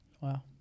Wow